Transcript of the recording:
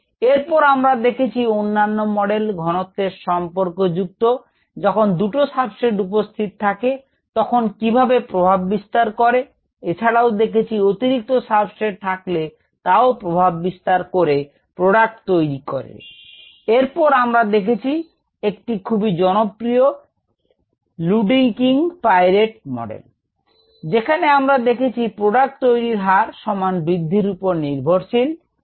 এরপর আমরা দেখেছি অন্যান্য মডেল ঘনত্বের সম্পর্ক যুক্ত যখন দুটো সাবস্ট্রেট উপস্থিত থাকে তখন কিভাবে তার প্রভাব বিস্তার করে এছাড়াও দেখেছি অতিরিক্ত সাবস্ট্রেট থাকলে তাও প্রভাব বিস্তার করে প্রোডাক্ট তৈরিতে এরপর আমরা দেখেছি একটি খুবই জনপ্রিয় Luedeking Piret মডেল যেখানে আমরা দেখেছি প্রোডাক্ট তৈরীর হার সমান বৃদ্ধির উপর নির্ভরশীল